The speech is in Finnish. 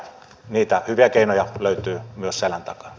niitä hyviä keinoja löytyy myös selän takaa